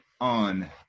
on